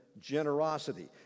generosity